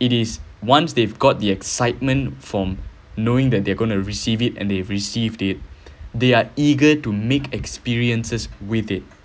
it is once they've got the excitement from knowing that they're going to receive it and they received it they are eager to make experiences with it